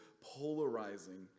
polarizing